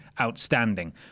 outstanding